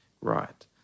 right